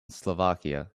slovakia